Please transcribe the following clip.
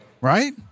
Right